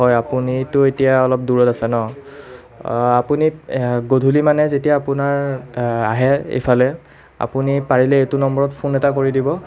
হয় আপুনিতো এতিয়া অলপ দূৰত আছে ন আপুনি গধূলি মানে যেতিয়া আপোনাৰ আহে এইফালে আপুনি পাৰিলে এইটো নম্বৰত ফোন এটা কৰি দিব